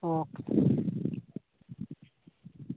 आं